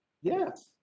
Yes